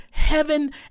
heaven